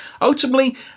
ultimately